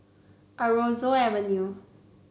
Aroozoo Avenue